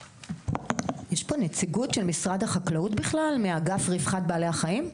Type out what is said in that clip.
יש פה נציגות של משרד החקלאות מאגף רווחת בעלי החיים?